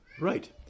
Right